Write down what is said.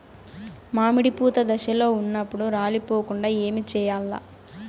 మామిడి పూత దశలో ఉన్నప్పుడు రాలిపోకుండ ఏమిచేయాల్ల?